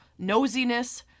nosiness